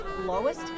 lowest